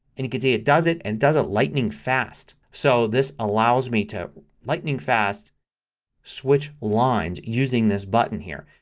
and you could see it does it and it does it lightning fast. so this allows me to lightning fast switch lines using this button here.